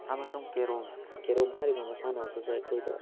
ꯑꯃꯁꯨꯡ ꯀꯦꯔꯣꯝ ꯀꯦꯔꯣꯝ ꯍꯥꯏꯔꯤꯕ ꯃꯁꯥꯟꯅ ꯑꯁꯤꯁꯨ ꯑꯩꯈꯣꯏꯗ